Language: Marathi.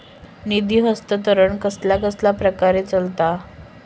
निधी हस्तांतरण कसल्या कसल्या प्रकारे चलता?